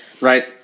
right